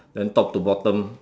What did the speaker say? then top to bottom